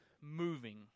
moving